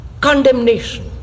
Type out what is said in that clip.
condemnation